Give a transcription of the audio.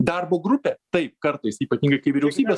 darbo grupė taip kartais ypatingai kai vyriausybės